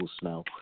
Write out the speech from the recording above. smell